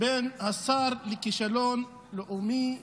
בין השר לכישלון לאומי לש"ס.